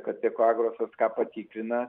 kad ekoargrosas ką patikrina